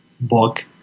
book